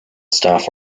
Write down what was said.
staff